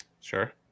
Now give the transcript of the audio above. Sure